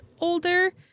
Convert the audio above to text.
older